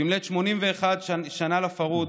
במלאת 81 שנה לפרהוד,